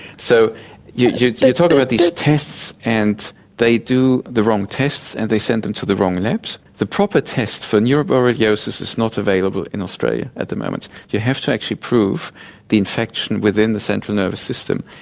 so you you talk about these tests and they do the wrong tests and they send them to the wrong labs. the proper test for neuroborreliosis is not available in australia at the moment. you have to actually prove the infection within the central nervous system,